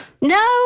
No